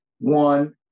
One